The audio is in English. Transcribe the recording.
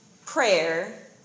Prayer